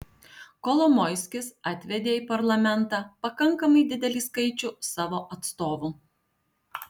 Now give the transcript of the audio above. kolomoiskis atvedė į parlamentą pakankamai didelį skaičių savo atstovų